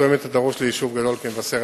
התואמת את הדרוש ליישוב גדול כמבשרת-ציון?